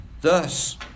Thus